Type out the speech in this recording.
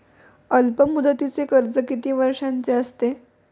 अल्पमुदतीचे कर्ज किती वर्षांचे असते?